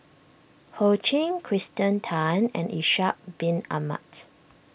Ho Ching Kirsten Tan and Ishak Bin Ahmad